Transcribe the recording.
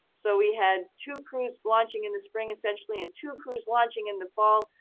so we had two crews launching in the spring essentially and two crews launching in the fall.